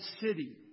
city